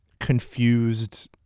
confused